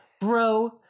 bro